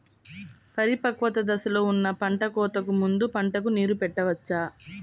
పరిపక్వత దశలో ఉన్న పంట కోతకు ముందు పంటకు నీరు పెట్టవచ్చా?